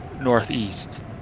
northeast